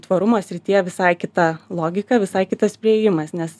tvarumo srityje visai kita logika visai kitas priėjimas nes